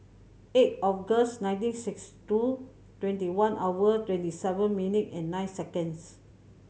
eighth August nineteen sixty two twenty one hour twenty seven minute and nine seconds